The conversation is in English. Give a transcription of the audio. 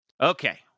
Okay